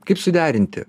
kaip suderinti